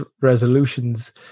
resolutions